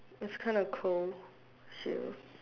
it's kinda cold shiver